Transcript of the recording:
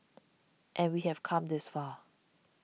and we have come this far